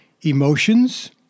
emotions